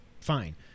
fine